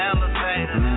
Elevator